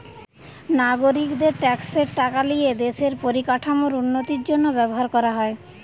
নাগরিকদের ট্যাক্সের টাকা লিয়ে দেশের পরিকাঠামোর উন্নতির জন্য ব্যবহার করা হয়